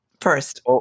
first